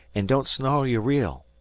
an' don't snarl your reel.